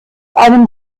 einem